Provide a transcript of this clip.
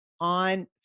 on